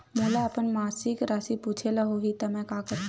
मोला अपन मासिक राशि पूछे ल होही त मैं का करहु?